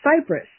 Cyprus